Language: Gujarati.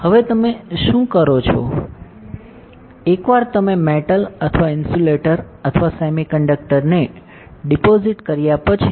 હવે તમે શું કરો છો એકવાર તમે મેટલ અથવા ઇન્સ્યુલેટર અથવા સેમિકન્ડક્ટર ને ડિપોજિટ કર્યા પછી